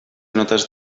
notes